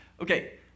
Okay